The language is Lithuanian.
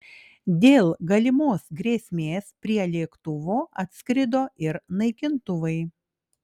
dėl galimos grėsmės prie lėktuvo atskrido ir naikintuvai